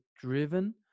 driven